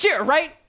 right